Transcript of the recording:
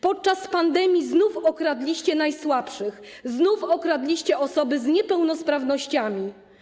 Podczas pandemii znów okradliście najsłabszych, znów okradliście osoby z niepełnosprawnościami.